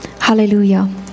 Hallelujah